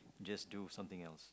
just do something else